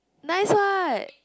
nice what